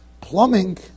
Plumbing